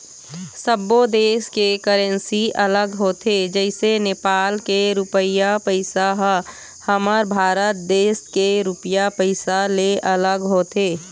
सब्बो देस के करेंसी अलग होथे जइसे नेपाल के रुपइया पइसा ह हमर भारत देश के रुपिया पइसा ले अलग होथे